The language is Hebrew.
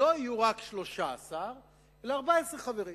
לא יהיו רק 13, אלא 14 חברים.